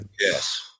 Yes